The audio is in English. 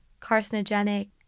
carcinogenic